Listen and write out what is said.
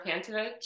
Pantovich